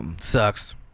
Sucks